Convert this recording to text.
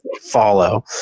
follow